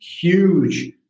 huge